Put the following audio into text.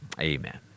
amen